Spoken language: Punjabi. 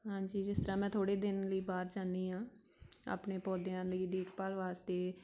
ਹਾਂਜੀ ਜਿਸ ਤਰ੍ਹਾਂ ਮੈਂ ਥੋੜ੍ਹੇ ਦਿਨ ਲਈ ਬਾਹਰ ਜਾਂਦੀ ਹਾਂ ਆਪਣੇ ਪੌਦਿਆਂ ਲਈ ਦੇਖਭਾਲ ਵਾਸਤੇ